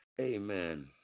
Amen